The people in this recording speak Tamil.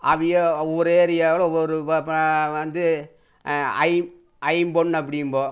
அவங்க ஒரே ஏரியாவில் ஒரு இப்போ வந்து ஐம்பொன் அப்படிம்போம்